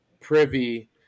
privy